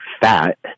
fat